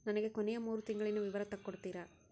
ನನಗ ಕೊನೆಯ ಮೂರು ತಿಂಗಳಿನ ವಿವರ ತಕ್ಕೊಡ್ತೇರಾ?